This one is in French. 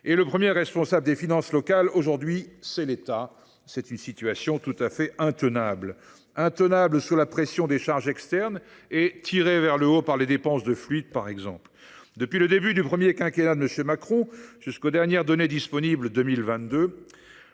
Le premier responsable des finances locales est aujourd’hui l’État. Cette situation est tout à fait intenable, sous la pression des charges externes et tirées vers le haut par les dépenses de fluides, par exemple. Depuis le début du premier quinquennat de M. Macron jusqu’aux dernières données disponibles,